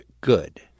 Good